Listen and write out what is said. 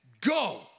go